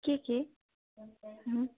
କିଏ କିଏ